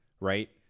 right